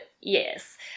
yes